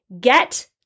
get